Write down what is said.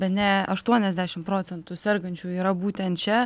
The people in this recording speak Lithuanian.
bene aštuoniasdešim procentų sergančiųjų yra būtent čia